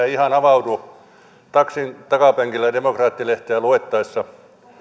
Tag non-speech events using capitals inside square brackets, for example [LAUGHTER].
[UNINTELLIGIBLE] ei ihan avaudu taksin takapenkillä demokraatti lehteä luettaessa